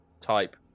type